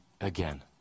again